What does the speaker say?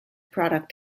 product